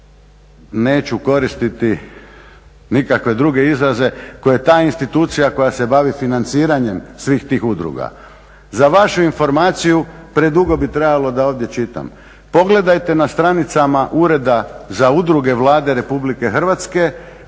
neću koristiti nikakve druge izraze, koji je ta institucija koja se bavi financiranjem svih tih udruga, za vašu informaciju predugo bi trajalo da ovdje čitam, pogledajte na stranicama Ureda za udruge Vlade RH kome je sve